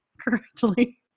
correctly